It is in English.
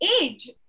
age